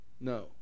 no